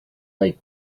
lake